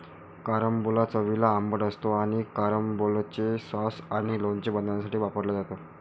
carambola चवीला आंबट असतो आणि कॅरंबोलाचे सॉस आणि लोणचे बनवण्यासाठी वापरला जातो